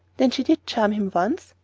then she did charm him once?